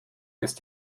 ist